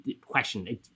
question